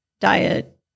diet